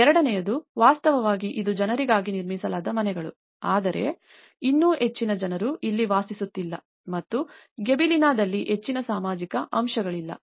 ಎರಡನೆಯದು ವಾಸ್ತವವಾಗಿ ಇದು ಜನರಿಗಾಗಿ ನಿರ್ಮಿಸಲಾದ ಮನೆಗಳು ಆದರೆ ಇನ್ನೂ ಹೆಚ್ಚಿನ ಜನರು ಇಲ್ಲಿ ವಾಸಿಸುತ್ತಿಲ್ಲ ಮತ್ತು ಗಿಬೆಲಿನಾದಲ್ಲಿ ಹೆಚ್ಚಿನ ಸಾಮಾಜಿಕ ಅಂಶಗಳಿಲ್ಲ